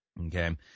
okay